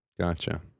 gotcha